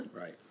Right